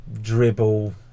dribble